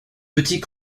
petit